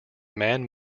man